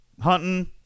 hunting